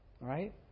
right